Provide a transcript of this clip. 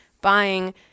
buying